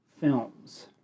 films